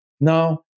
Now